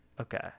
okay